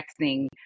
texting